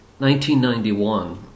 1991